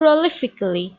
prolifically